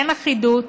אין אחידות,